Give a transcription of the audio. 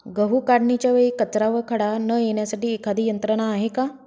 गहू काढणीच्या वेळी कचरा व खडा न येण्यासाठी एखादी यंत्रणा आहे का?